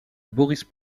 boris